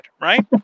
right